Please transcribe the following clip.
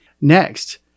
Next